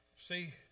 See